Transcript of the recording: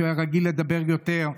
הוא היה רגיל לדבר יותר,